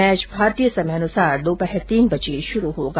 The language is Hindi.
मैच भारतीय समय अनुसार दोपहर तीन बजे शुरू होगा